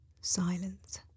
Silence